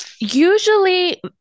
usually